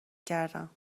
کردم